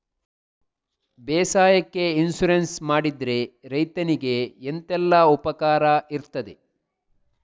ಬೇಸಾಯಕ್ಕೆ ಇನ್ಸೂರೆನ್ಸ್ ಮಾಡಿದ್ರೆ ರೈತನಿಗೆ ಎಂತೆಲ್ಲ ಉಪಕಾರ ಇರ್ತದೆ?